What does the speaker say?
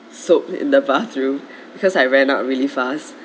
soap in the bathroom because I ran out really fast